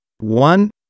one